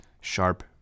sharp